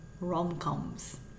rom-coms